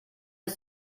ist